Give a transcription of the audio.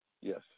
Yes